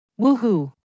Woohoo